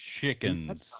chickens